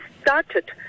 started